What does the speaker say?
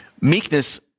Meekness